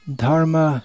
dharma